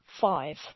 five